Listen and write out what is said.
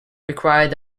required